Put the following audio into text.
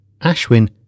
Ashwin